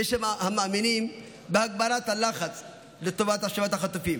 ויש המאמינים בהגברת הלחץ לטובת השבת החטופים,